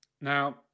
Now